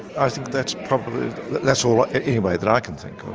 i think that's probably that's all, anyway that i can think of.